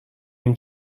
این